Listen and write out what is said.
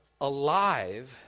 alive